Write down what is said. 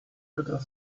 better